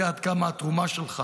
יודע עד כמה התרומה שלך